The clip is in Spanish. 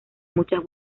muchas